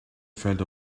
felt